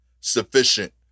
sufficient